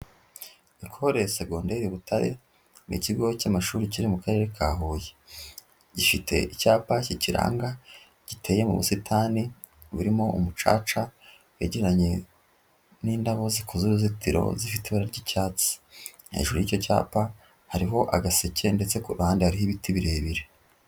Ecole secondaire Butare ni ikigo cy'amashuri kiri mu karere ka Huye. Gifite icyapa kikiranga giteye mu busitani burimo umucaca wegeranye n'indabo zikoze uruzitiro zifite ibara ry'icyatsi. Hejuru y'icyo cyapa hariho agaseke ndetse kuruhande hariho ibiti birebire.